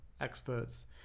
experts